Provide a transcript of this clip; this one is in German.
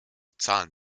zahlen